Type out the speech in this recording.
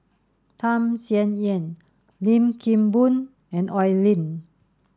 Tham Sien Yen Lim Kim Boon and Oi Lin